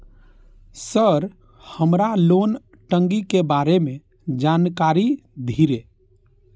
Sir हमरा loan टंगी के बारे में जान कारी धीरे?